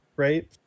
Right